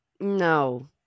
No